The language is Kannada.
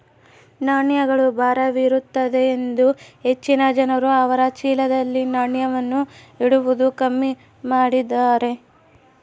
ನಾಣ್ಯಗಳು ಭಾರವಿರುತ್ತದೆಯೆಂದು ಹೆಚ್ಚಿನ ಜನರು ಅವರ ಚೀಲದಲ್ಲಿ ನಾಣ್ಯವನ್ನು ಇಡುವುದು ಕಮ್ಮಿ ಮಾಡಿದ್ದಾರೆ